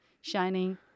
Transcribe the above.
shining